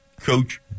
Coach